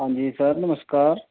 ਹਾਂਜੀ ਸਰ ਨਮਸਕਾਰ